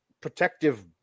protective